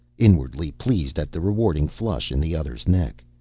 inwardly pleased at the rewarding flush in the other's neck.